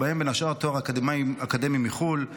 וביניהם בין השאר תואר אקדמי מחו"ל,